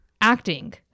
acting